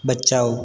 बचाओ